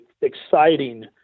exciting